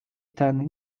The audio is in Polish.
ten